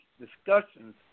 discussions